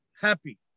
happy